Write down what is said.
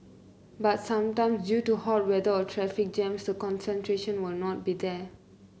but sometime due to hot weather or traffic jams the concentration will not be there